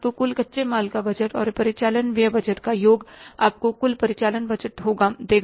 तो कुल कच्चे माल का बजट और परिचालन व्यय बजट का योग आपको कुल परिचालन बजट देगा